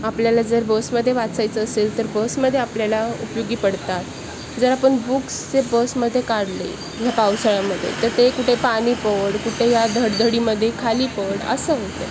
आपल्याला जर बसमध्ये वाचायचं असेल तर बसमध्ये आपल्याला उपयोगी पडतात जर आपण बुक्स ते बसमध्ये काढले ह्या पावसाळ्यामध्ये तर ते कुठे पाणी पड कुठे या धडधडीमध्ये खाली पड असं होतं